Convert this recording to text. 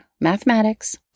mathematics